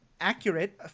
accurate